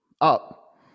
up